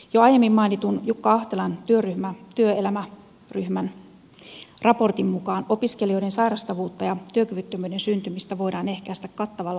jo aiemmin mainitun jukka ahtelan työelämäryhmän raportin mukaan opiskelijoiden sairastavuutta ja työkyvyttömyyden syntymistä voidaan ehkäistä kattavalla opiskelijahuollolla